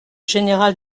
général